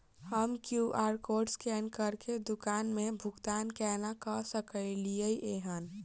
हम QR code scan करके दुकान मे भुगतान केना करऽ सकलिये एहन?